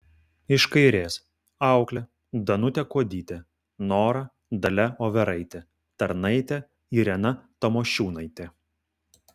iš kairės auklė danutė kuodytė nora dalia overaitė tarnaitė irena tamošiūnaitė